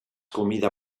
comida